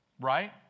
Right